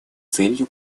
целью